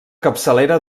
capçalera